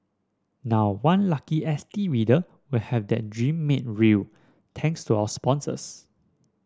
now one lucky S T reader will have that dream made real thanks to our sponsors